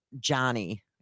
Johnny